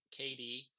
KD